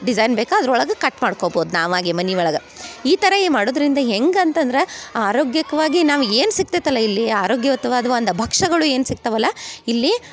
design ಬೇಕು ಅದ್ರ ಒಳಗೆ ಕಟ್ ಮಾಡ್ಕೊಬೋದು ನಾವಾಗೆ ಮನೆ ಒಳಗೆ ಈ ಥರಯೇ ಮಾಡುದರಿಂದ ಹೆಂಗೆ ಅಂತಂದ್ರ ಆರೋಗ್ಯಕವಾಗಿ ನಾವು ಏನು ಸಿಗ್ತೈತ್ತಲ್ಲ ಇಲ್ಲಿ ಆರೋಗ್ಯಯುತವಾದ ಒಂದು ಭಕ್ಷ್ಯಗಳು ಏನು ಸಿಗ್ತವಲ್ಲ ಇಲ್ಲಿ